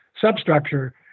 substructure